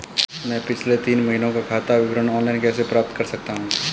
मैं पिछले तीन महीनों का खाता विवरण ऑनलाइन कैसे प्राप्त कर सकता हूं?